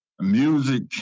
Music